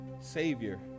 Savior